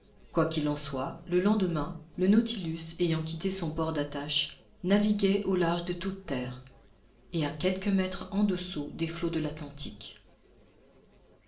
quoi qu'il en soit le lendemain le nautilus ayant quitté son port d'attache naviguait au large de toute terre et à quelques mètres au-dessous des flots de l'atlantique